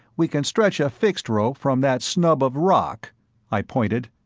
we can stretch a fixed rope from that snub of rock i pointed,